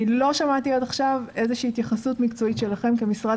אני לא שמעתי עד עכשיו איזושהי התייחסות מקצועית שלכם כמשרד